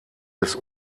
des